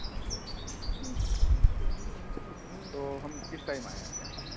اچھا اچھا اچھا اچھا اچھا اچھا اچھا تو ہم کس ٹائم آئیں آپ کے یہاں